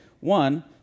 One